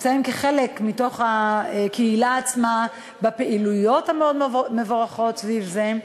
הם נמצאים כחלק מתוך הקהילה עצמה בפעילויות מאוד מבורכות סביב זה,